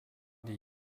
die